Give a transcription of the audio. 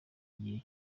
gihe